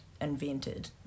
invented